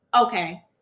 okay